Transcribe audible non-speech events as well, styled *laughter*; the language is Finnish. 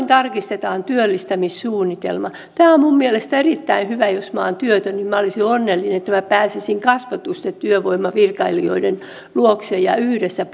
*unintelligible* tarkistetaan työllistämissuunnitelma tämä on minun mielestäni erittäin hyvä jos olisin työtön olisin onnellinen että pääsisin kasvotusten työvoimavirkailijoiden luokse ja yhdessä *unintelligible*